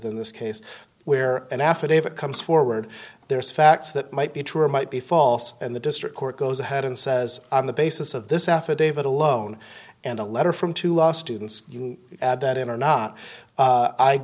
than this case where an affidavit comes forward there is facts that might be true or might be false and the district court goes ahead and says on the basis of this affidavit alone and a letter from to last two months you add that in or not